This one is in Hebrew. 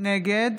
נגד